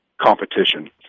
competition